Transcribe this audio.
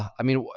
i mean,